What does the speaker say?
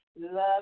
love